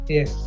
Yes